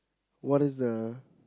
what is the